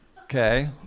okay